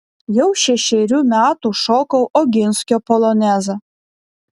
jau šešerių metų šokau oginskio polonezą